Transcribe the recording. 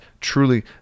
truly